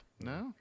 No